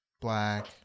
black